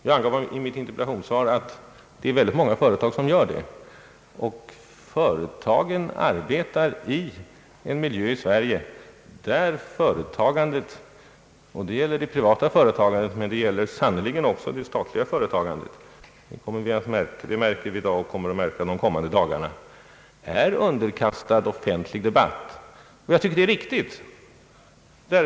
Jag angav i mitt interpellationssvar att många företag redan i dag uppfyller sådana högre krav. I Sverige arbetar företagen i en miljö där företagandet — det privata företagandet men sannerligen också det statliga, det märker vi i dag, och vi kommer att märka det de kommande dagarna är underkastat offentlig debatt, vilket jag tycker är riktigt.